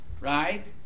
right